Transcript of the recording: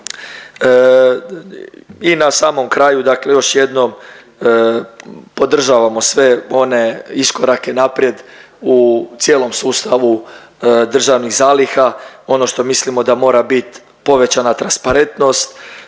I na samom kraju, dakle još jednom podržavamo sve one iskorake naprijed u cijelom sustavu državnih zaliha, ono što mislimo da mora bit povećana transparentnost.